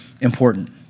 important